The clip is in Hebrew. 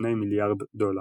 בכשני מיליארד דולר.